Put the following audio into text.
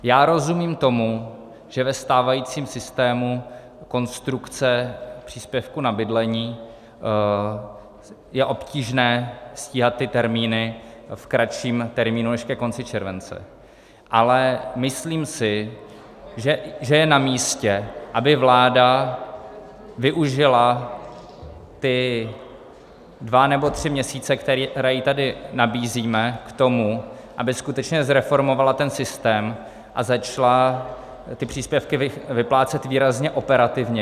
Já rozumím tomu, že ve stávajícím systému konstrukce příspěvku na bydlení je obtížné stíhat ty termíny v kratším termínu než ke konci července, ale myslím si, že je namístě, aby vláda využila ty dva nebo tři měsíce, které tady nabízíme, k tomu, aby skutečně zreformovala ten systém a začala ty příspěvky vyplácet výrazně operativněji.